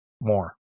more